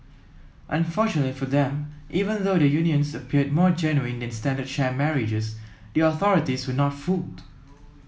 unfortunately for them even though the unions appeared more genuine than standard sham marriages the authorities were not fooled